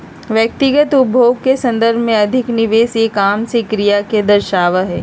व्यक्तिगत उपभोग के संदर्भ में अधिक निवेश एक आम से क्रिया के दर्शावा हई